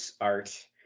art